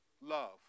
love